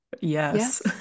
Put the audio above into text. Yes